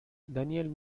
dan